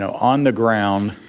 so on the ground,